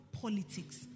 politics